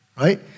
right